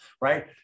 right